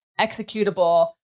executable